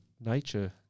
nature